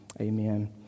Amen